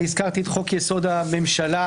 הזכרתי את חוק-יסוד: הממשלה,